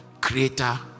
Creator